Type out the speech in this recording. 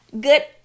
good